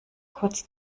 kurz